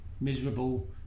miserable